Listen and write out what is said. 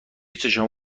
چشمام